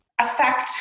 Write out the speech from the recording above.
affect